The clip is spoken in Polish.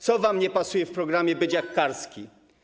Co wam nie pasuje w programie „Być jak Karski”